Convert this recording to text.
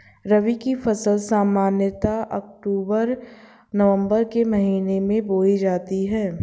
रबी की फ़सल सामान्यतः अक्तूबर नवम्बर के महीने में बोई जाती हैं